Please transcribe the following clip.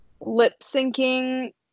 lip-syncing